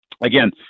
Again